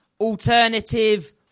alternative